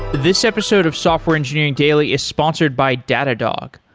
this episode of software engineering daily is sponsored by datadog.